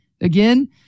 again